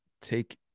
take